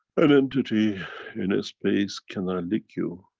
an entity in a space can i lick you?